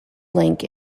link